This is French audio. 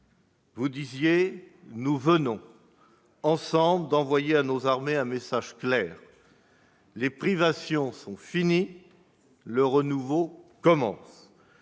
:«[...] Nous venons ensemble d'envoyer à nos armées un message clair : les privations sont finies, le renouveau commence.